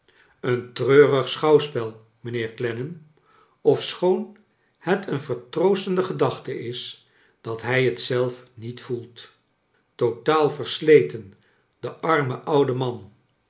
een treurig schouwspel mijnhc er clennam ofschoon het een vertroostende gedachte is dat hij t zelf niet voelt totaal versleten de arme oude man